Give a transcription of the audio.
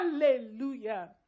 Hallelujah